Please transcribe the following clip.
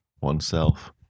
oneself